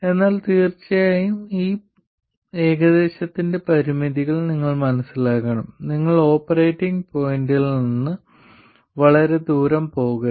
എന്നാൽ തീർച്ചയായും ഈ ഏകദേശത്തിന്റെ പരിമിതികൾ നിങ്ങൾ മനസ്സിലാക്കണം നിങ്ങൾ ഓപ്പറേറ്റിംഗ് പോയിന്റിൽ നിന്ന് വളരെ ദൂരം പോകരുത്